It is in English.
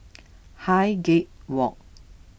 Highgate Walk